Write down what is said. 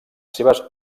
seves